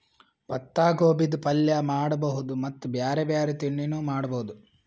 ಪತ್ತಾಗೋಬಿದ್ ಪಲ್ಯ ಮಾಡಬಹುದ್ ಮತ್ತ್ ಬ್ಯಾರೆ ಬ್ಯಾರೆ ತಿಂಡಿನೂ ಮಾಡಬಹುದ್